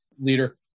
leader